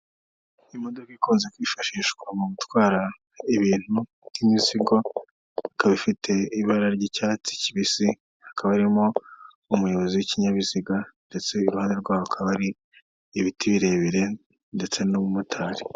Imodoka ikunze kwifashishwa mu gutwara ibintu by'imizigo, ikaba ifite ibara ry'icyatsi kibisi, hakaba harimo umuyobozi w'ikinyabiziga, ndetse iruhande rwe akaba hari ibiti birebire ndetse n'umumotari.